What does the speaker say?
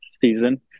season